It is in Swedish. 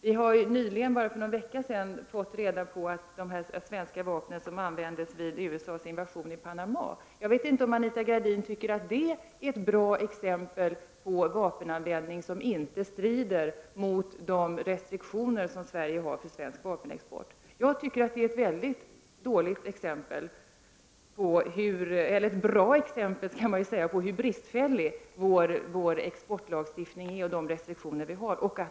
Vi har nyligen, bara för någon vecka sedan, fått reda på att svenska vapen användes vid USA:s invasion av Panama. Jag vet inte om Anita Gradin tycker att det är ett bra exempel på vapenanvändning som inte strider mot de restriktioner som Sverige har för svensk vapenexport. Jag tycker att det är ett bra exempel på hur bristfällig vår exportlagstiftning och våra restriktioner är.